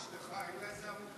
מה עם אשתך, אין לה איזו עמותה?